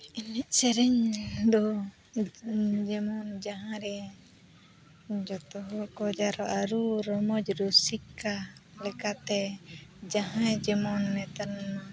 ᱮᱱᱮᱡ ᱥᱮᱨᱮᱧ ᱫᱚ ᱡᱮᱢᱚᱱ ᱡᱟᱦᱟᱸᱨᱮ ᱡᱚᱛᱚ ᱦᱚᱲ ᱠᱚ ᱡᱟᱣᱨᱟᱜᱼᱟ ᱨᱩᱼᱨᱚᱢᱚᱡ ᱨᱩᱥᱤᱠᱟ ᱞᱮᱠᱟᱛᱮ ᱡᱟᱦᱟᱸᱭ ᱡᱮᱢᱚᱱ ᱱᱮᱛᱟᱨ